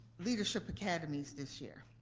leadership academies this year.